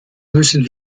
müssen